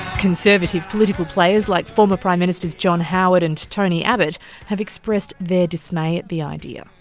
conservative political players like former prime ministers john howard and tony abbott have expressed their dismay at the idea.